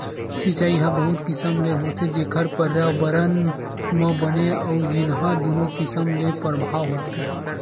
सिचई ह बहुत किसम ले होथे जेखर परयाबरन म बने अउ गिनहा दुनो किसम ले परभाव होथे